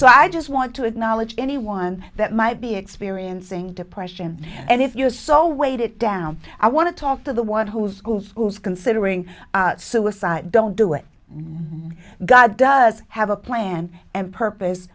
so i just want to acknowledge anyone that might be experiencing depression and if you are so weighted down i want to talk to the one who is schools schools considering suicide don't do it god does have a plan and purpose